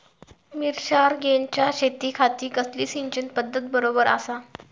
मिर्षागेंच्या शेतीखाती कसली सिंचन पध्दत बरोबर आसा?